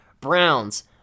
Browns